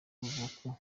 bavuga